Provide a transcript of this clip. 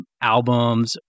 albums